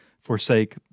forsake